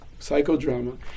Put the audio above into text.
psychodrama